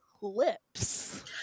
Lips